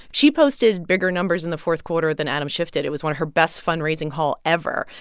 she posted bigger numbers in the fourth quarter than adam schiff did. it was one of her best fundraising hauls ever.